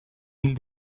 hil